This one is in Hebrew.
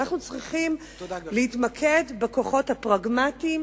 אנחנו צריכים להתמקד בכוחות הפרגמטיים